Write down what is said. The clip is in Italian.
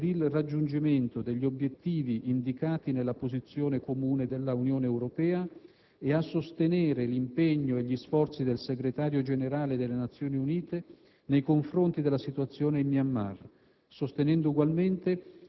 «ad adoperarsi per il raggiungimento degli obiettivi indicati dalla posizione comune della UE e a sostenere l'impegno e gli sforzi del Segretario generale delle Nazioni Unite nei confronti della situazione in Myanmar,